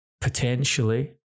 potentially